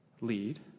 lead